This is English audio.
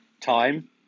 time